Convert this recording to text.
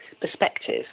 perspective